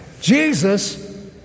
Jesus